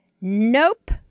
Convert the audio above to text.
Nope